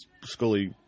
Scully